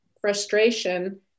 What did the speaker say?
frustration